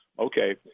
okay